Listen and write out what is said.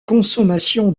consommation